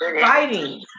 fighting